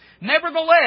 Nevertheless